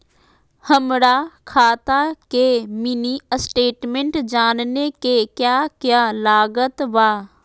हमरा खाता के मिनी स्टेटमेंट जानने के क्या क्या लागत बा?